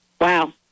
Wow